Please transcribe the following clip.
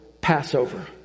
Passover